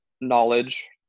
knowledge